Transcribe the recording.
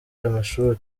amashuri